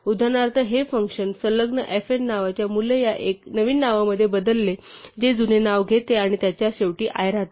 उदाहरणार्थ हे फंक्शन संलग्न fn नावाचे मूल्य एका नवीन नावामध्ये बदलते जे जुने नाव घेते आणि त्याच्या शेवटी i राहते